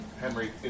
Henry